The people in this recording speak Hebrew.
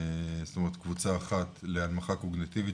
זאת אומרת קבוצה אחת להנמכה קוגניטיבית